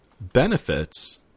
benefits